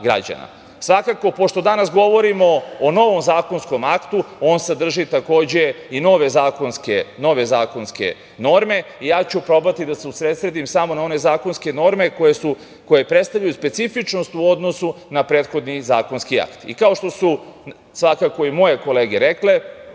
građana. Svakako, pošto danas govorimo o novom zakonskom aktu, on sadrži takođe i nove zakonske norme, ja ću probati da se usredsredim samo na one zakonske norme koje predstavljaju specifičnost u odnosu na prethodni zakonski akt. Kao što su svakako i moje kolege rekle,